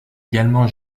également